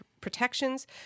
protections